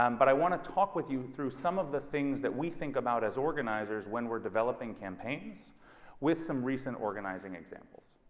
um but i want to talk with you through some of the things that we think about as organizers when we're developing campaigns with some recent organizing examples.